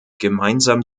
gemeinsam